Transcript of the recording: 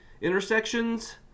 intersections